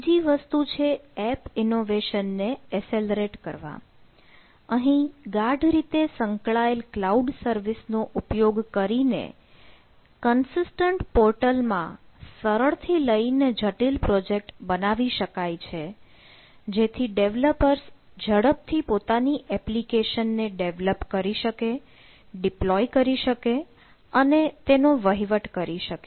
બીજી વસ્તુ છે એપ ઇનોવેશન ને એસેલેરેટ માં સરળ થી લઈને જટીલ પ્રોજેક્ટ બનાવી શકે છે જેથી ડેવલપર્સ ઝડપથી પોતાની એપ્લિકેશનને ડેવલપ કરી શકે deploy કરી શકે અને તેનો વહીવટ કરી શકે